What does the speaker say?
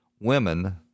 women